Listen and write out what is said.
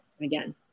again